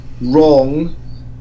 wrong